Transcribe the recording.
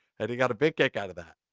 and he got a big kick out of that.